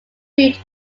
boot